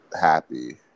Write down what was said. happy